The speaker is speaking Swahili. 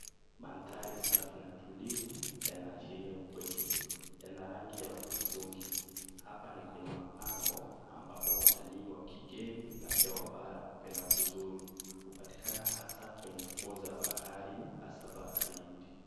Maandhari safi na tulivu yanaashiria upweke, yana rangi ya hudhurungi. Hapa ni kwenye mapango ambapo watalii, wageni na pia wabara hupenda kuzuru. Hupatikana hasaa kwenye fuo za bahari hasaa bahari Hindi